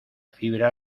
fibra